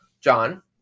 John